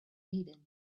needed